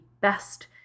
best